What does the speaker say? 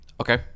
Okay